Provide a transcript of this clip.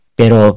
pero